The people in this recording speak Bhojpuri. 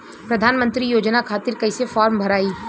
प्रधानमंत्री योजना खातिर कैसे फार्म भराई?